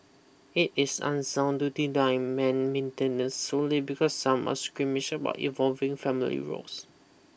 it is unsound to deny men maintenance solely because some are squeamish about evolving family roles